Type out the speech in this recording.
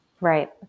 Right